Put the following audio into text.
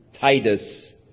Titus